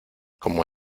como